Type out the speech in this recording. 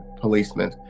policemen